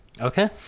Okay